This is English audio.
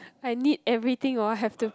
I need everything or I'll have to